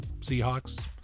Seahawks